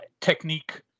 technique